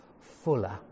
fuller